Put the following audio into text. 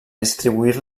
distribuir